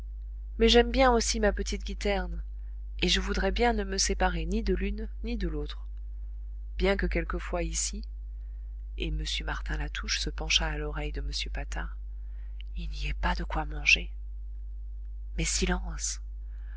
mais j'aime bien aussi ma petite guiterne et je voudrais bien ne me séparer ni de l'une ni de l'autre bien que quelquefois ici et m martin latouche se pencha à l'oreille de m patard il n'y ait pas de quoi manger mais silence